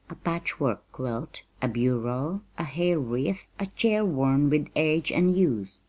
a patchwork quilt, a bureau, a hair wreath, a chair worn with age and use.